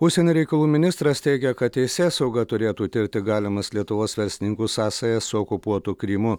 užsienio reikalų ministras teigia kad teisėsauga turėtų tirti galimas lietuvos verslininkų sąsajas su okupuotu krymu